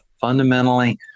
fundamentally